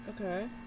Okay